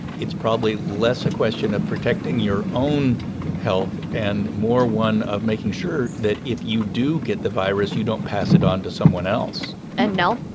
it's probably less a question of protecting your own health and more one of making sure that if you do get the virus, you don't pass it on to someone else and nell?